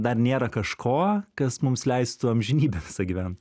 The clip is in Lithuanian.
dar nėra kažko kas mums leistų amžinybę gyvent